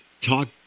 talk